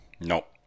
Nope